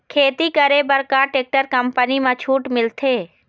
खेती करे बर का टेक्टर कंपनी म छूट मिलथे?